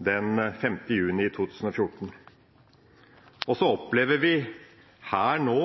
den 5. juni 2014. Og så opplever vi her nå